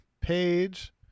page